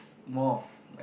more of like